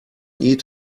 eat